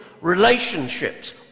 relationships